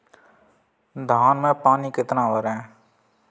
धान में पानी कितना भरें?